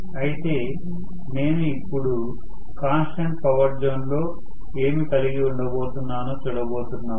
అయితే నేను ఇప్పుడు కాన్స్టెంట్ పవర్ జోన్ లో ఏమి కలిగి ఉండపోతున్నానో చూడబోతున్నాను